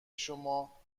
شما